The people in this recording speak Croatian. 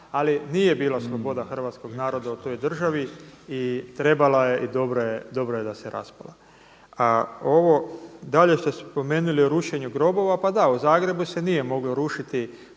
ali nije bila sloboda hrvatskog naroda u toj državi i trebala je i dobro je da se raspala. Ovo dalje što ste spomenuli o rušenju grobova, pa da u Zagrebu se nije moglo rušiti